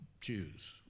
choose